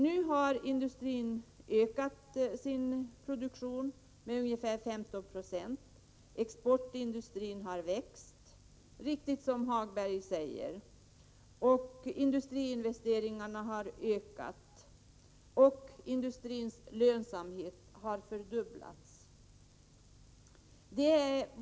Nu har industrin ökat sin produktion med ungefär 15 96. Exportindustrin har växt. Det är riktigt som Lars-Ove Hagberg säger. Industriinvesteringarna har ökat. Industrins lönsamhet har fördubblats.